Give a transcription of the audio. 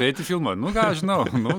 eit į filmą nu ką žinau nu